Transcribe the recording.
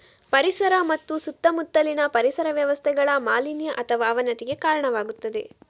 ಪರಿಸರ ಮತ್ತು ಸುತ್ತಮುತ್ತಲಿನ ಪರಿಸರ ವ್ಯವಸ್ಥೆಗಳ ಮಾಲಿನ್ಯ ಅಥವಾ ಅವನತಿಗೆ ಕಾರಣವಾಗುತ್ತದೆ